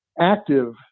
active